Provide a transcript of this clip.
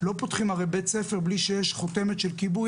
לא פותחים הרי בית ספר בלי שיש חותמת של כיבוי